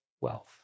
wealth